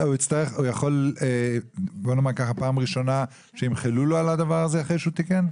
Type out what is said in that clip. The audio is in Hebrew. יכול להיות שאם זאת פעם ראשונה ימחלו לו על הדבר הזה אחרי שהוא תיקן?